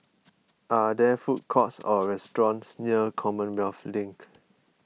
are there food courts or restaurants near Commonwealth Link